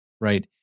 Right